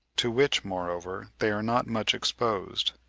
to which moreover they are not much exposed.